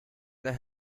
there